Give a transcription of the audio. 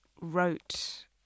wrote